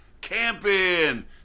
Camping